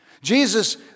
Jesus